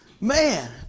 Man